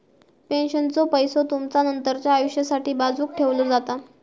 पेन्शनचो पैसो तुमचा नंतरच्या आयुष्यासाठी बाजूक ठेवलो जाता